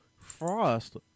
Frost